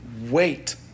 Wait